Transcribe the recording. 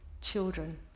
children